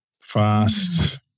fast